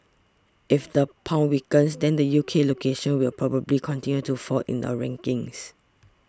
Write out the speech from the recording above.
if the pound weakens then the U K locations will probably continue to fall in our rankings